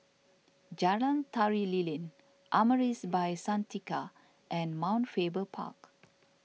Jalan Tari Lilin Amaris By Santika and Mount Faber Park